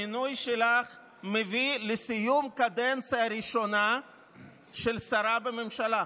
המינוי שלך מביא לסיום קדנציה ראשונה של שרה בממשלה.